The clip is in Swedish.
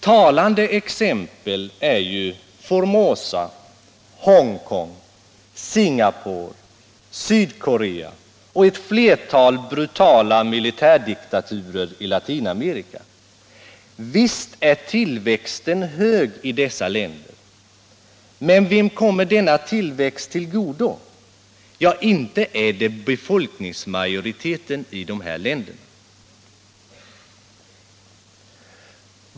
Talande exempel är Formosa, Hongkong, Singapore, Sydkorea och ett flertal brutala militärdiktaturer i Latinamerika. Visst är tillväxten hög i dessa länder. Men vem kommer dennna tillväxt till godo? Ja, inte är det befolkningsmajoriteten i dessa länder.